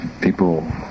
people